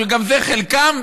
שגם על זה חלקם,